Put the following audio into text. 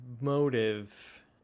motive